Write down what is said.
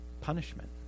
punishment